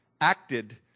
acted